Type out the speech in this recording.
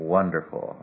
wonderful